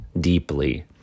deeply